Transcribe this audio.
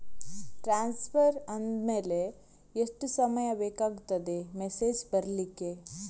Transfer ಆದ್ಮೇಲೆ ಎಷ್ಟು ಸಮಯ ಬೇಕಾಗುತ್ತದೆ ಮೆಸೇಜ್ ಬರ್ಲಿಕ್ಕೆ?